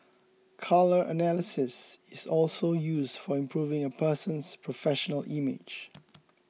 colour analysis is also use for improving a person's professional image